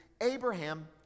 Abraham